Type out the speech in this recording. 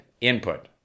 input